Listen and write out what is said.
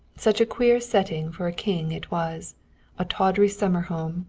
such a queer setting for a king it was a tawdry summer home,